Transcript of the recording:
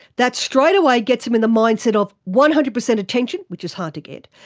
that straightaway gets them in the mindset of one hundred percent attention, which is hard to get,